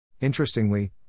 Interestingly